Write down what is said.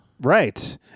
Right